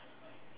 okay